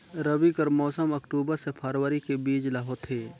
रबी कर मौसम अक्टूबर से फरवरी के बीच ल होथे